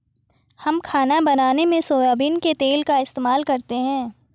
हम खाना बनाने में सोयाबीन के तेल का इस्तेमाल करते हैं